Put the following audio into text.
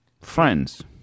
friends